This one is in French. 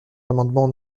l’amendement